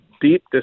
deep